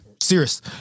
Serious